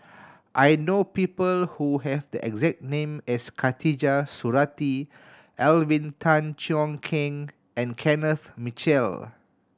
I know people who have the exact name as Khatijah Surattee Alvin Tan Cheong Kheng and Kenneth Mitchell